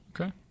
Okay